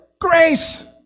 Grace